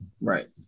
Right